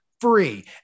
free